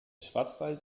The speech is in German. schwarzwald